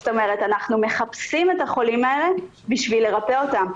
זאת אומרת אנחנו מחפשים את החולים האלה בשביל לרפא אותם.